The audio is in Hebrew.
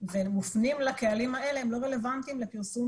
ומופנים לקהלים האלה הם לא רלוונטיים לפרסום